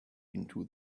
into